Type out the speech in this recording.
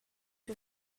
you